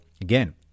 again